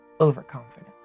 overconfident